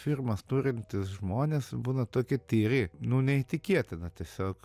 firmas turintys žmonės būna tokie tyri nu neįtikėtina tiesiog